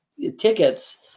tickets